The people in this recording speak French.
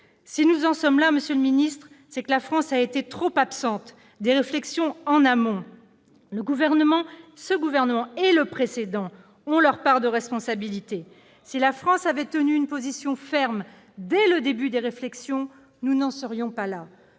Si nous en sommes là, c'est que la France a été trop absente des réflexions en amont. Ce gouvernement et le précédent ont leur part de responsabilité : si la France avait tenu une position ferme dès le début des réflexions, nous n'en serions pas là.